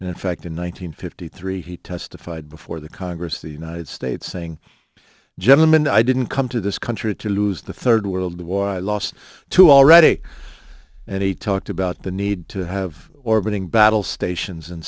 and in fact in one nine hundred fifty three he testified before the congress the united states saying gentlemen i didn't come to this country to lose the third world war i lost two already and he talked about the need to have orbiting battle stations in